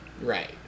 Right